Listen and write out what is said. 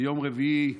ביום רביעי,